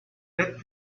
let